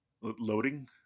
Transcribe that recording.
Loading